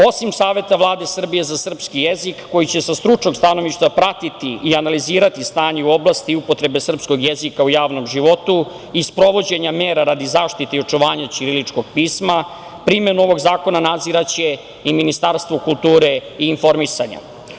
Osim Saveta Vlade Srbije za srpski jezik koji će sa stručnog stanovišta pratiti i analizirati stanje u oblasti upotrebe srpskog jezika u javnom životu i sprovođenja mera radi zaštite i očuvanja ćiriličnog pisma, primenu ovog zakona nadziraće i Ministarstvo kulture i informisanja.